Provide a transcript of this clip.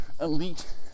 Elite